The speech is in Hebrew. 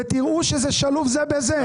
ותראו שזה שלוב זה בזה.